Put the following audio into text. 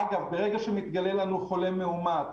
אגב, ברגע שמתגלה לנו חולה מאומת,